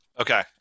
Okay